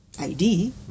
ID